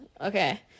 Okay